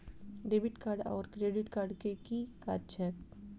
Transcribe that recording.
Debit card आओर credit card केँ की काज छैक?